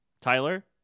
tyler